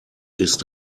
ist